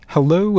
Hello